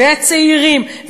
והצעירים,